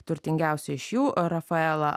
turtingiausioji iš jų rafaela